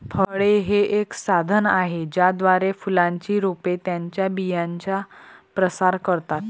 फळे हे एक साधन आहे ज्याद्वारे फुलांची रोपे त्यांच्या बियांचा प्रसार करतात